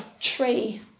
tree